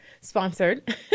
sponsored